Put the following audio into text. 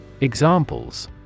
Examples